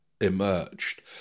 emerged